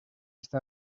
está